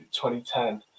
2010